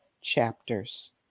chapters